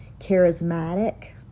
charismatic